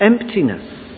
Emptiness